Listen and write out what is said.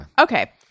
Okay